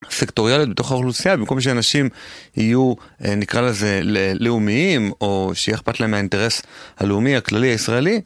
סקטוריאליות בתוך האוכלוסייה במקום שאנשים יהיו נקרא לזה לאומיים או שיהיה אכפת להם מהאינטרס הלאומי הכללי הישראלי.